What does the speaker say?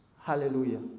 Hallelujah